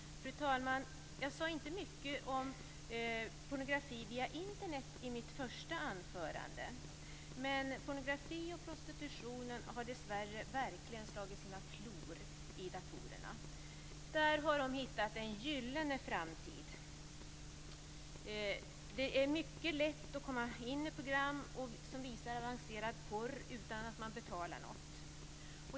Fru talman! Jag sade inte mycket om pornografi via Internet i mitt första anförande. Men pornografi och prostitution har dessvärre verkligen slagit sina klor i datorerna. Där har de hittat en gyllene framtid. Det är mycket lätt att komma in i program som visar avancerad porr utan att man betalar något.